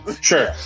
sure